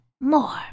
More